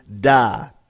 die